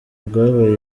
rwabaye